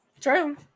True